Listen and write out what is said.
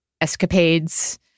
escapades